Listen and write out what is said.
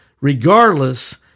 regardless